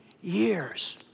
years